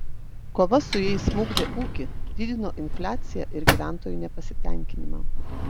kova su jais smukdė ūkį didino infliaciją ir gyventojų nepasitenkinimą